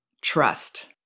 trust